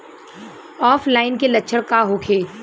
ऑफलाइनके लक्षण का होखे?